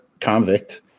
convict